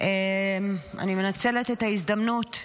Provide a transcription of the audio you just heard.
אני מנצלת את ההזדמנות,